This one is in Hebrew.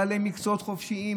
בעלי מקצועות חופשיים,